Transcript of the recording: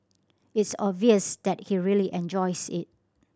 it's obvious that he really enjoys it